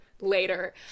later